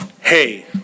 Hey